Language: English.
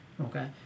Okay